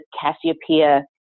Cassiopeia